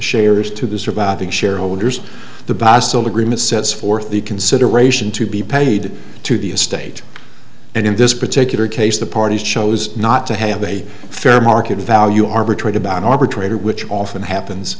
shares to the surviving shareholders the basle agreement sets forth the consideration to be paid to the estate and in this particular case the parties chose not to have a fair market value arbitrate about an arbitrator which often happens